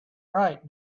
write